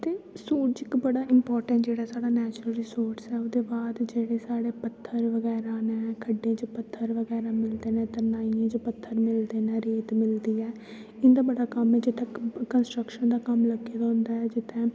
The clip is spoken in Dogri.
ते सूरज इक बड़ा इम्पार्टैंट जेह्ड़ा साढ़ा नैचुरल रिसोर्स ऐ ओह्दे बाद जेह्ड़े साढ़े पत्थर बगैरा न खड्डें च पत्थर बगैरा मिलदे न तरनाइयें च पत्थर मिलदे न रेत मिलदी ऐ इं'दा बड़ा कम्म ऐ जित्थै कंस्ट्रक्शन दा कम्म लग्गे दा होंदा ऐ जित्थै